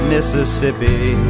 Mississippi